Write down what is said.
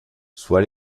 soit